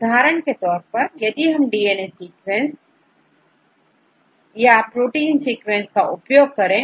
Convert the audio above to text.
उदाहरण के तौर पर यदि हम डीएनए सीक्वेंस क्या प्रोटीन सीक्वेंसेस उपयोग करें